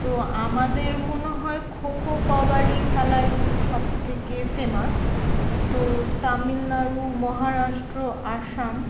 তো আমাদের মনে হয় খো খো কাবাডি খেলাই সবথেকে ফেমাস তো তামিলনাড়ু মহারাষ্ট্র অসম